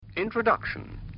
Introduction